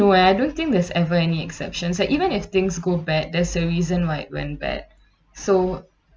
no eh I don't think there's ever any exceptions like even if things go bad there's a reason why it went bad so